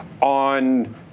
on